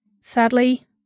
sadly